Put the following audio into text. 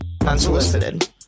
unsolicited